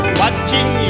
watching